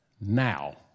now